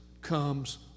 comes